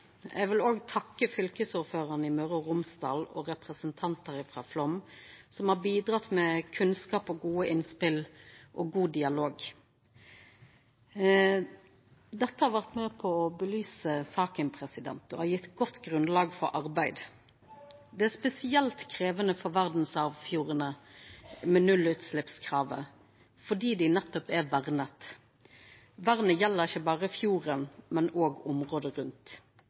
Eg vil òg takka fylkesordføraren i Møre og Romsdal og representantar frå Flåm som har bidrege med kunnskap og gode innspel og god dialog. Dette har vore med på å belysa saka og har gjeve eit godt grunnlag for arbeidet. Det er spesielt krevjande for verdsarvfjordane med nullutsleppskravet, nettopp fordi dei er verna. Vernet gjeld ikkje berre fjorden, men òg området rundt.